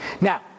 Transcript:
Now